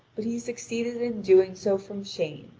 but he succeeded in doing so from shame.